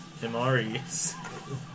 MREs